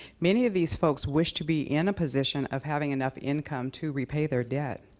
many of these folks wish to be in a position of having enough income to repay their debt.